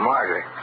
Margaret